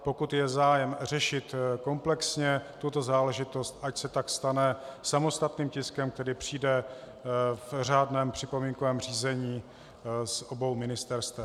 Pokud je zájem řešit komplexně tuto záležitost, ať se tak stane samostatným tiskem, který přijde v řádném připomínkovém řízení z obou ministerstev.